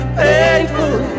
painful